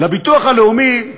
לביטוח הלאומי,